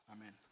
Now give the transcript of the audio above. amen